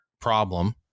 problem